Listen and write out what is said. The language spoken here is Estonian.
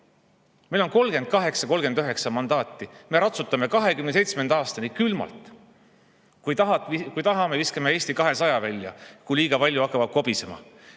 Meil on 38 või 39 mandaati, me ratsutame 2027. aastani külmalt. Kui tahame, viskame Eesti 200 välja, kui liiga palju hakkavad kobisema.